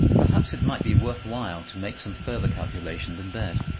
perhaps it might be worth while to make some further calculation in bed.